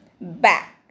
back